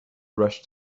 rushed